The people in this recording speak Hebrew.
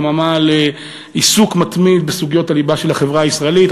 חממה לעיסוק מתמיד בסוגיות הליבה של החברה הישראלית.